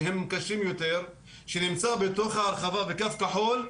שהם קשים יותר, שנמצא בתוך ההרחבה בקו כחול,